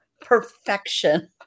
perfection